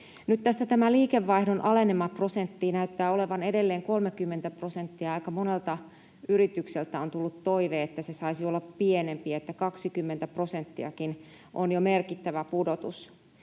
liikevaihdon alenemaprosentti näyttää olevan edelleen 30 prosenttia, ja aika monelta yritykseltä on tullut toive, että se saisi olla pienempi, että 20 prosenttiakin on jo merkittävä pudotus.